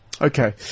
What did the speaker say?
Okay